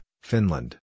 Finland